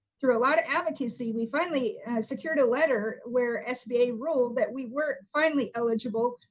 through a lot of advocacy, we finally secured a letter, where sba ruled that we were finally eligible,